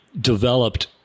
developed